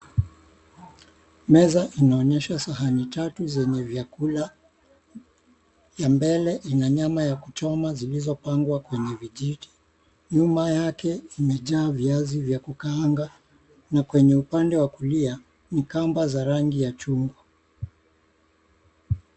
Meza inaonyesha sahani tatu zenye vyakula. Ya mbele ina nyama ya kuchoma zilizopangwa kwenye vijiti. Nyuma yake imejaa viazi vya kukaanga .Na kwenye upande wa kulia ni kamba za rangi ya chuma.